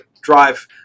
drive